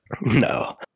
No